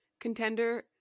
contender